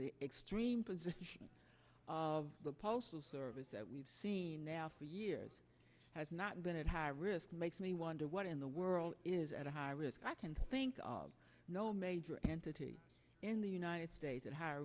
the extreme position of the postal service that we've seen now for years has not been at high risk makes me wonder what in the world is at a high risk i can think of no major entity in the united states at hi